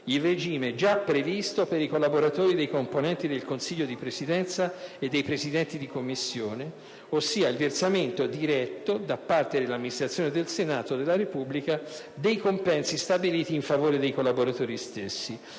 il regime già previsto per i collaboratori dei componenti del Consiglio di presidenza e dei Presidenti di Commissione, ossia il versamento diretto da parte dell'amministrazione del Senato della Repubblica, dei compensi stabiliti in favore dei collaboratori stessi.